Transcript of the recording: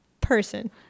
person